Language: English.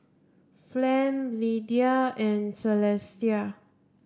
Flem Lidia and Celestia